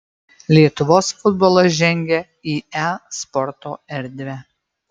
lietuvos futbolas žengia į e sporto erdvę